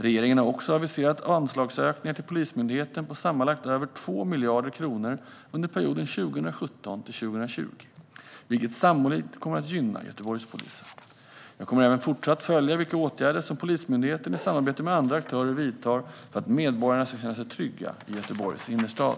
Regeringen har också aviserat anslagsökningar till Polismyndigheten på sammanlagt över 2 miljarder kronor under perioden 2017-2020, vilket sannolikt kommer att gynna Göteborgspolisen. Jag kommer även i fortsättningen att följa vilka åtgärder som Polismyndigheten, i samarbete med andra aktörer, vidtar för att medborgarna ska kunna känna sig trygga i Göteborgs innerstad.